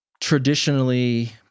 traditionally